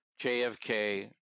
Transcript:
JFK